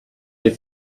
you